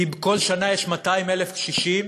כי בכל שנה יש 200,000 קשישים